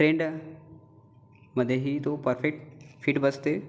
ट्रेंडमध्येही तो perfect fit बसते